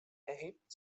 erhebt